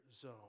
zone